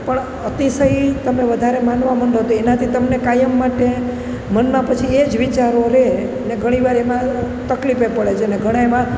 પણ અતિશય તમે વધારે માનવા મંડો તો એનાથી તમને કાયમ માટે મનમાં પછી એજ વિચારો રહે અને ઘણીવાર એમાં તકલીફે પડે જેને ઘણે એમાં